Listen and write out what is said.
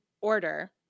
order